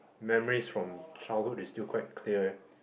memories from childhood is still quite clear ah